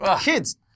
Kids